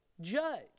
judge